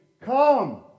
come